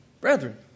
brethren